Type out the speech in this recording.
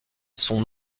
son